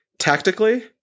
Tactically